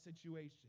situation